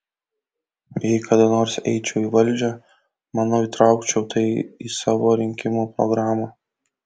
jei kada nors eičiau į valdžią manau įtraukčiau tai į savo rinkimų programą